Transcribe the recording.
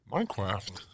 Minecraft